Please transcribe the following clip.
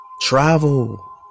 Travel